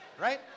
Right